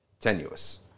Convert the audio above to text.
tenuous